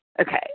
okay